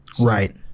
Right